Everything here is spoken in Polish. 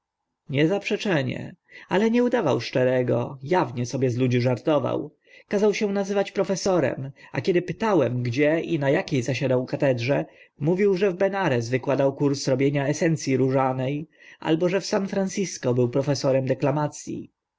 niezaprzeczenie ale nie udawał szczerego awnie sobie z ludzi żartował kazał się nazywać profesorem a kiedy pytałem gdzie i na akie zasiadał katedrze mówił że w benares wykładał kurs robienia esenc i różane albo że w san francisco był profesorem deklamac